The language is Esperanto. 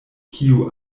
kiu